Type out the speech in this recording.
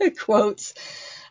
quotes